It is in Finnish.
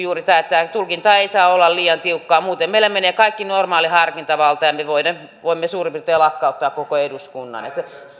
juuri näin että tulkinta ei saa olla liian tiukkaa muuten meillä menee kaikki normaali harkintavalta ja me voimme suurin piirtein lakkauttaa koko eduskunnan